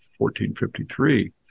1453